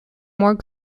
more